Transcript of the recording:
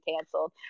canceled